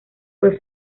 fue